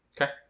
Okay